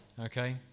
Okay